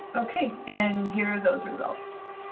okay. and here are those results.